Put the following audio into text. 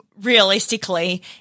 realistically